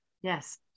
Yes